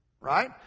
right